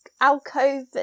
alcove